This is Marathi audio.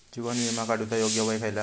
जीवन विमा काडूचा योग्य वय खयला?